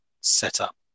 setup